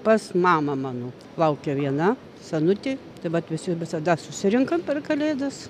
pas mamą mano laukia viena senutė tai vat visi visada susirenkam per kalėdas